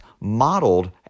modeled